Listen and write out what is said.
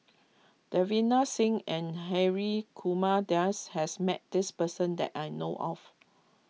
Davinder Singh and Hri Kumar Nair has met this person that I know of